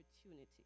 opportunity